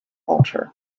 culture